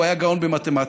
הוא היה גאון במתימטיקה.